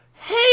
hey